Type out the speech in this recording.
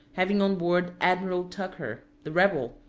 having on board admiral tucker, the rebel,